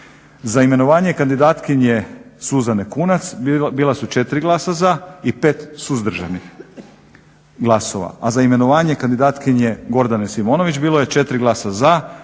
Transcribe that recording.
Za imenovanje kandidatkinje Suzane Kunac bila su 4 glasa za i 5 suzdržanih glasova a za imenovanje kandidatkinje Gordane Simonović bilo je 4 glasa za,